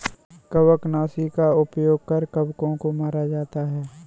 कवकनाशी का उपयोग कर कवकों को मारा जाता है